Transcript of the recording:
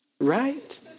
Right